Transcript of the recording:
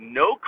no